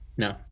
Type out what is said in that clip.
No